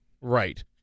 Right